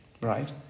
right